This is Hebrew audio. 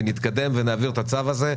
ואז נתקדם ונעביר את הצו הזה.